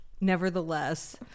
Nevertheless